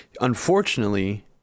unfortunately